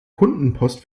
kundenpost